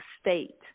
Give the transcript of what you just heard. state